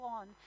on